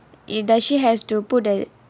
it does she has to put the